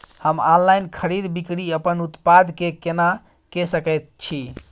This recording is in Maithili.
हम ऑनलाइन खरीद बिक्री अपन उत्पाद के केना के सकै छी?